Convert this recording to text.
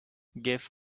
give